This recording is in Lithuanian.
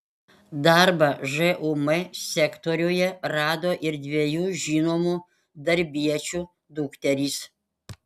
darbą žūm sektoriuje rado ir dviejų žinomų darbiečių dukterys